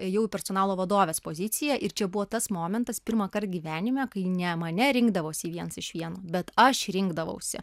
ėjauį personalo vadovės poziciją ir čia buvo tas momentas pirmąkart gyvenime kai ne mane rinkdavosi viens iš vieno bet aš rinkdavausi